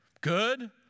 Good